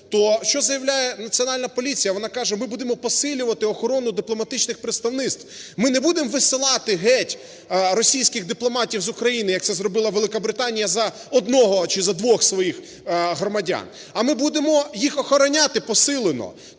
то що заявляє Національна поліція? Вона каже: "Ми будемо посилювати охорону дипломатичних представництв". Ми не будемо висилати геть російських дипломатів з України, як це зробила Великобританія за одного чи за двох своїх громадян, а ми будемо їх охороняти посилено,